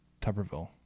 Tupperville